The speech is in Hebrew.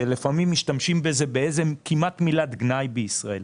שלפעמים משתמשים בזה כמעט כמילת גנאי בישראל,